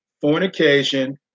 fornication